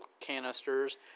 canisters